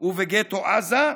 ובגטו עזה,